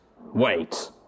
Wait